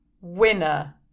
winner